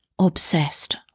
Obsessed